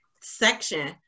section